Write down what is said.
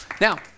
Now